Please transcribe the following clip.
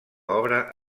obra